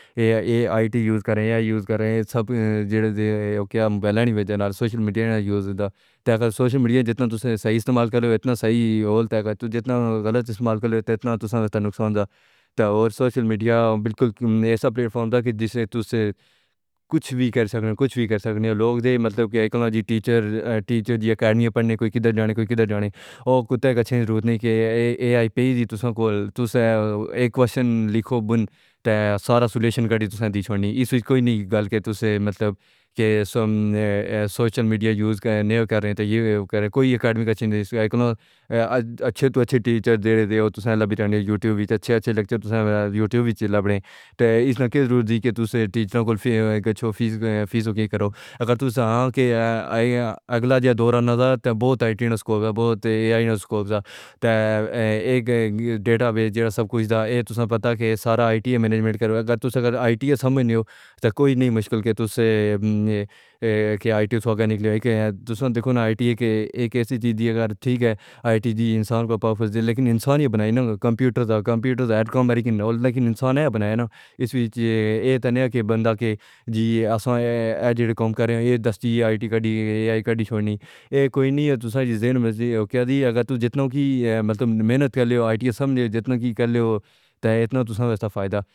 اِٹّی یُوس کریں، اِیہ یُوس کریں، اِس سب جِدّے جِدّے جِدّے... اِس مبارک نی ویجݨال سوچل میڈیا نے۔ یُوس دا تیکھا سوچل میڈیا جِتھاں تُسیں سئی شمل کریں۔ اِتنا سئی ہول تیکھا تُسیں جِتھاں غلط شمل کریں، اِتنا تُسیں... تُساں تُساں نقصاں دا۔ ٹیچر جی، اکادمی پڑھݨ کوئی کدھر جاݨ کوئی؟ کدھر جاݨ کوئی؟ کچھ ایسا ضرور نی کہ... اے اے اے پیزی تُساں کو تُسا اک ویسٹن لکھو، بن تاں سارا سولوشن کر ݙی تُساں دی۔ چھوڑنی اِس ویس کوئی نی کہ تُساں مطلب کہ سوچل میڈیا یُوس نیو کر رہے ہو، تاں ایہو کر رہے ہو۔ کوئی اکادمی کچھ نی دی۔ اچّھے تو اچّھے ٹیچر ݙے رہے ݙے، اوہ تُساں لبّی رہے ہو۔ یوٹیوب تے اچّھے لیکچرز تُساں یوٹیوب تے لبّݙے ہو، تاں اِس لکی ضرور دی کہ تُساں لبّی رہو۔ یوٹیوب تے لیکچرز تُساں یوٹیوب تے لبّݙے، اِس لکی ضرور دی کہ تُساں ٹیچراں کو گچھو، فیضو کی کرو۔ اگر تُساں ہاں کہ اگلا جا دوران نظر، تاں بہت آئی ٹی سکوپ ہے، بہت آئی سکوپ ہے۔ اک ڈیٹا بیج جیرا سب کچھ دا اے۔ تُساں پتہ کہ سارا آئی ٹی منجمنٹ کرو۔ اگر تُساں اگر آئی ٹی سمجھݨ ہو، تو کوئی نی مشکل کہ تُساں آئی ٹی سوکھا نی لے۔ آئی ٹی ݙیکھو نا! آئی ٹی... اِٹے آ سمان نیو، تاں کوئی نی مشکل کہ تُساں اِٹے سوکھاں نی کݙیو۔ اکھ تُساں ݙیکھو نا اِٹے! ایہہ اک اِس چیز دی اگار ٹھیک آ۔ اِٹے جی اِنساناں کوں پاوِک فیض دی